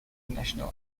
national